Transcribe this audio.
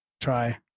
try